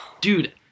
Dude